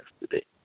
yesterday